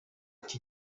iki